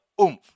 oomph